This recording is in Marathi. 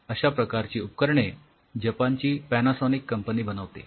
अश्या प्रकारची उपकरणे जपानची पॅनासॉनिक कंपनी बनवते